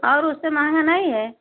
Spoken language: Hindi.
और उससे महँगा नहीं है